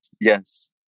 Yes